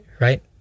right